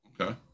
Okay